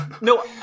No